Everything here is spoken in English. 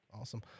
Awesome